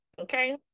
okay